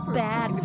bad